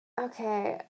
Okay